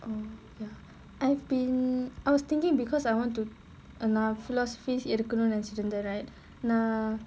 oh ya I've been I was thinking because I want to நான்:naan philosophy எடுக்கனுன்னு நினைச்சுட்டு இருந்தே:edukkanunnu ninaichchuttu irunthae right